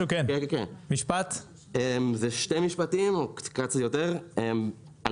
אנחנו צריכים את עזרתכם בעצם בשביל לממש את חלקנו,